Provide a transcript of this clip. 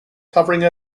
covering